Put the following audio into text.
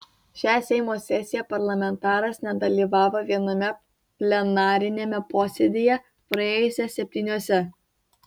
šią seimo sesiją parlamentaras nedalyvavo viename plenariniame posėdyje praėjusią septyniuose